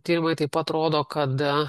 tyrimai taip pat rodo kad